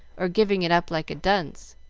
or giving it up like a dunce